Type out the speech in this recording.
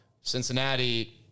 Cincinnati